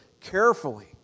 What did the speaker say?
carefully